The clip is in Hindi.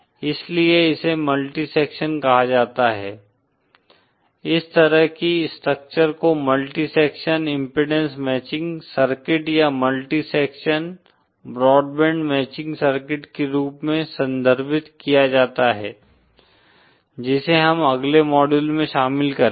इसलिए इसे मल्टी सेक्शन कहा जाता है इस तरह की स्ट्रक्चर को multi section impedance matching circuit या multi section broad band matching circuit के रूप में संदर्भित किया जाता है जिसे हम अगले मॉड्यूल में शामिल करेंगे